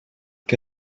que